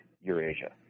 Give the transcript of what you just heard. Eurasia